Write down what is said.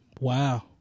Wow